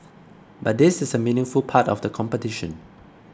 but this is a meaningful part of the competition